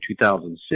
2006